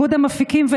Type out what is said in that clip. איגוד המפיקים,